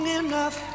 enough